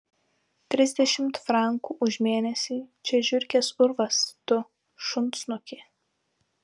trisdešimt frankų už mėnesį čia žiurkės urvas tu šunsnuki